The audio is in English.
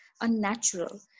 unnatural